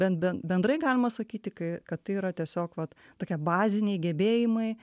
ben ben bendrai galima sakyti kai kad tai yra tiesiog vat tokie baziniai gebėjimai